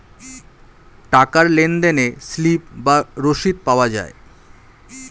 টাকার লেনদেনে স্লিপ বা রসিদ পাওয়া যায়